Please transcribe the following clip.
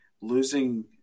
losing